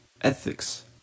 ethics